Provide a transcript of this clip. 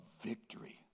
victory